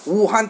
wu han